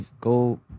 Go